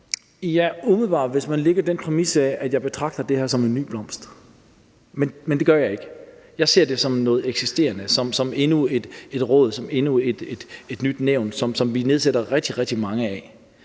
Ja, umiddelbart, hvis man har den præmis, at jeg betragter det her som en ny blomst. Men det gør jeg ikke. Jeg ser det som noget eksisterende, altså som endnu et råd, endnu et nyt nævn, som vi nedsætter rigtig, rigtig mange af.